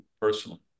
personally